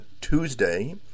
Tuesday